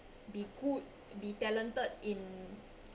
be good be talented in